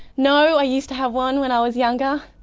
no, i used to have one when i was younger.